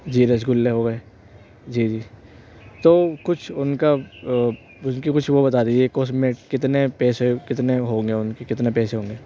جی رسگلے ہو گئے جی جی تو کچھ ان کا ان کی کچھ وہ بتا دیجیے کہ اس میں کتنے پیسے کتنے ہوں گے ان کے کتنے پیسے ہوں گے